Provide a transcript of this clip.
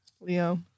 Leo